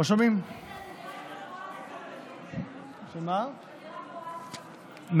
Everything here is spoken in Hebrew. איתן, אתה נראה מבואס קצת, מבואס?